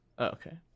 Okay